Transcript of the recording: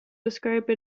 describe